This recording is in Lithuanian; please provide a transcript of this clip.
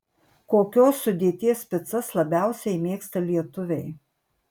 kokios sudėties picas labiausiai mėgsta lietuviai